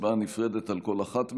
הצבעה נפרדת על כל אחת מהן.